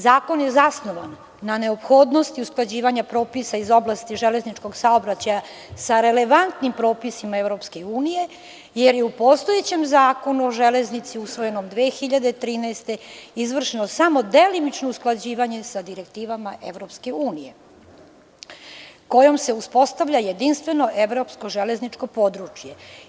Zakon je zasnovan na neophodnosti usklađivanja propisa iz oblasti železničkog saobraćaja sa relevantnim propisima EU, jer je u postojećem Zakonu o železnici, usvojenom 2013. godine, izvršeno samo delimično usklađivanje sa direktivama EU, kojima se uspostavlja jedinstveno evropsko železničko područje.